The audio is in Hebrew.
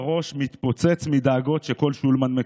והראש מתפוצץ מדאגות שכל שולמן מכיר,